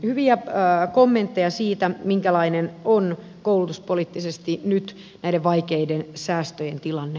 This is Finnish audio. hyviä kommentteja siitä minkälainen on koulutuspoliittisesti nyt näiden vaikeiden säästöjen tilanne